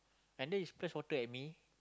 and then he splash water at me